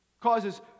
Causes